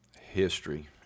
history